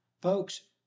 Folks